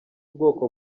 bwoko